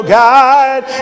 guide